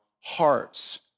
hearts